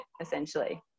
essentially